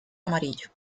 amarillo